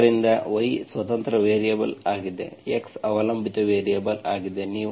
ಆದ್ದರಿಂದ y ಸ್ವತಂತ್ರ variable ಆಗಿದೆ x ಅವಲಂಬಿತ ವೇರಿಯಬಲ್ ಆಗಿದೆ